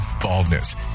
baldness